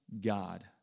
God